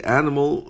animal